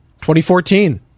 2014